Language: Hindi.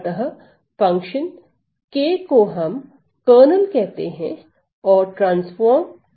अतः फंक्शन K को हम कर्नल कहते हैं ट्रांसफार्म का कर्नल